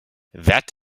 that